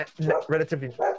relatively